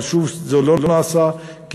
אבל שוב, זה לא נעשה, תודה רבה.